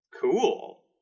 cool